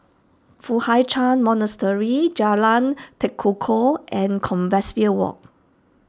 Foo Hai Ch'an Monastery Jalan Tekukor and Compassvale Walk